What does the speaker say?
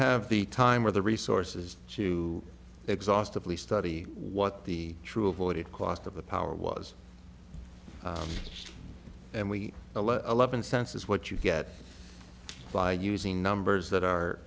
have the time or the resources to exhaustedly study what the true avoided cost of the power was and we eleven cents is what you get by using numbers that are